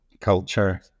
culture